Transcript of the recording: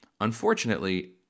Unfortunately